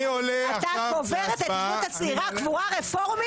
אתה קובל את ההתיישבות הצעירה קבורה רפורמית